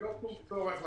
ללא שום צורך.